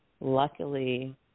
Luckily